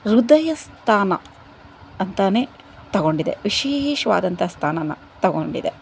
ಹೃದಯ ಸ್ಥಾನ ಅಂತನೇ ತಗೊಂಡಿದೆ ವಿಶೇಷವಾದಂಥ ಸ್ಥಾನನ ತಗೊಂಡಿದೆ